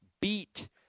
beat